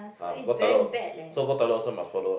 ah go toilet so go toilet also must follow lah